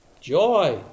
Joy